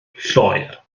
lloer